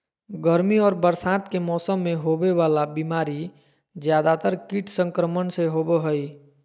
गर्मी और बरसात के मौसम में होबे वला बीमारी ज्यादातर कीट संक्रमण से होबो हइ